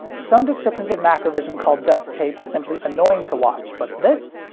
some descriptions of macrovision call dubbed tapes simply annoying to watch, but this?